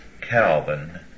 Calvin